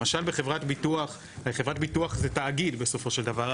למשל בחברת ביטוח זה תאגיד בסופו של דבר.